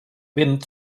vent